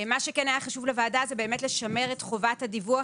מה שכן היה חשוב לוועדה זה באמת לשמר את חובת הדיווח,